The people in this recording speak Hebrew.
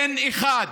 אין אחד